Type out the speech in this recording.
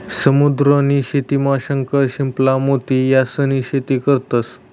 समुद्र नी शेतीमा शंख, शिंपला, मोती यास्नी शेती करतंस